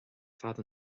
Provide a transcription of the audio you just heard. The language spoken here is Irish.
fad